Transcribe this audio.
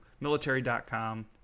Military.com